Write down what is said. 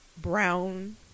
Brown